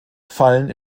fallen